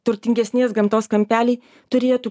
turtingesnės gamtos kampeliai turėtų